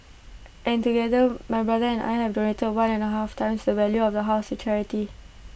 and together my brother and I have donated one and A half times the value of the house to charity